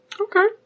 Okay